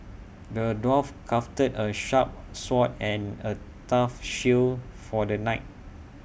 the dwarf crafted A sharp sword and A tough shield for the knight